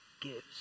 gives